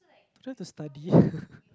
don't you have to study